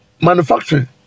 manufacturing